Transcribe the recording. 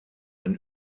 ein